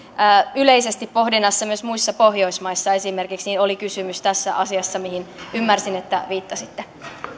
yleisesti pohdinnassa myös muissa pohjoismaissa esimerkiksi oli kysymys tässä asiassa mihin ymmärsin että viittasitte